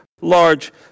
large